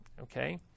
okay